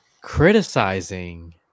criticizing